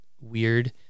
weird